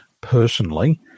personally